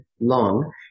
Long